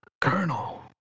Colonel